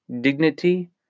dignity